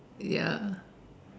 ya